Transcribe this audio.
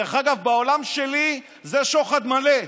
דרך אגב, בעולם שלי זה שוחד מלא.